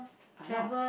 ah lah